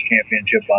Championship